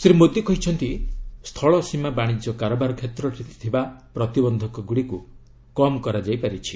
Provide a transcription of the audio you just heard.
ଶ୍ରୀ ମୋଦି କହିଛନ୍ତି ସ୍ଥଳସୀମା ବାଣିଜ୍ୟ କାରବାର କ୍ଷେତ୍ରରେ ଥିବା ପ୍ରତିବନ୍ଧକଗୁଡ଼ିକୁ କମ୍ କରାଯାଇପାରିଛି